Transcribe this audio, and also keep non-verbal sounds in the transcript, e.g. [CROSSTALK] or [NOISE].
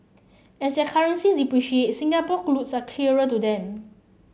as their currencies depreciate Singapore [UNINTELLIGIBLE] are [UNINTELLIGIBLE] to them